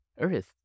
Earth